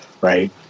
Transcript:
right